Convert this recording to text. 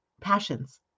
passions